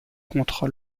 contre